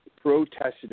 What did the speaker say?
protested